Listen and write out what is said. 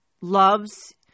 loves